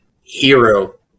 hero